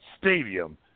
stadium